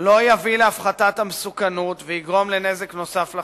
לא יביא להפחתת המסוכנות ויגרום לנזק נוסף לחברה.